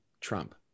Trump